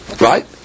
Right